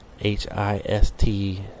H-I-S-T